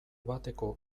bateko